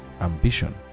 ambition